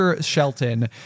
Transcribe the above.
Shelton